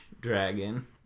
dragon